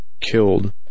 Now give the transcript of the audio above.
killed